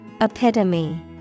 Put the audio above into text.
Epitome